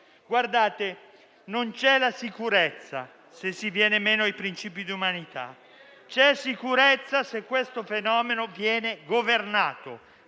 non c'è sicurezza, se si viene meno ai principi di umanità. C'è sicurezza se questo fenomeno viene governato,